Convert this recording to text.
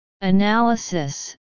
Analysis